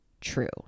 true